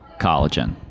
collagen